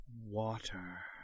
water